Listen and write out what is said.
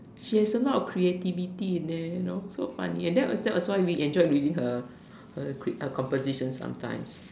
she has a lot of creativity and then you know so funny and that was that was why we enjoyed reading her her quick composition sometimes